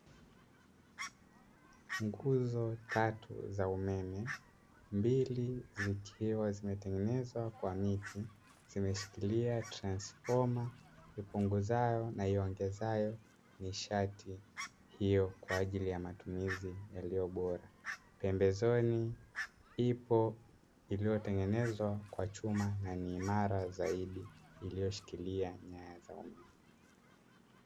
Nguzo tatu za umeme mbili zikiwa zimetengenezwa kwa miti, zimeshikilia transifoma ipunguzayo na iongezayo nishati hiyo kwa ajili ya matumizi yaliyo bora, pembezoni ipo iliyotengenezwa kwa chuma na ni imara zaidi, iliyoshikilia nyaya za umeme.